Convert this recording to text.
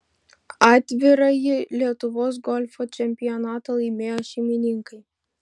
atvirąjį lietuvos golfo čempionatą laimėjo šeimininkai